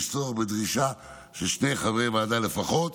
יש צורך בדרישה של שני חברי הוועדה לפחות.